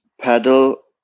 paddle